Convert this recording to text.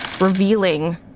revealing